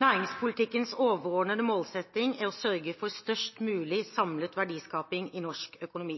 Næringspolitikkens overordnede målsetning er å sørge for størst mulig samlet verdiskaping i norsk økonomi.